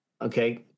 Okay